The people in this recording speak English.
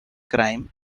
crime